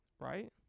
right